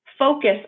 focus